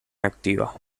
activa